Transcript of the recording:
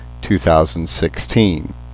2016